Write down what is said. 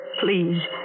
Please